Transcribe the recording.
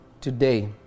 today